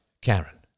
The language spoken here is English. Karen